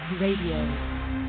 Radio